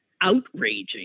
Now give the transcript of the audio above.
outraging